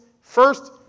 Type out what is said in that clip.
First